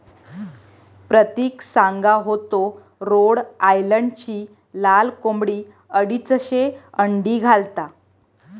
प्रतिक सांगा होतो रोड आयलंडची लाल कोंबडी अडीचशे अंडी घालता